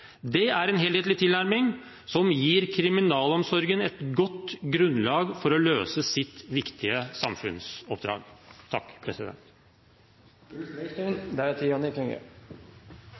Det er en helhetlig tilnærming, som gir kriminalomsorgen et godt grunnlag for å løse sitt viktige samfunnsoppdrag.